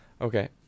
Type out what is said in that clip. Okay